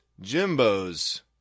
Jimbo's